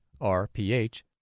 RPH